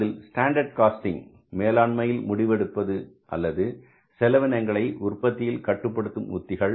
அதில் standard costing மேலாண்மையில் முடிவு எடுப்பது அல்லது செலவினங்களை உற்பத்தியில் கட்டுப்படுத்தும் உத்திகள்